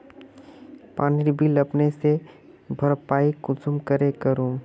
पानीर बिल अपने से भरपाई कुंसम करे करूम?